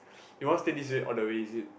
you know after this all the way is it